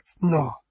no